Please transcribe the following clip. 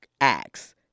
acts